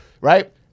right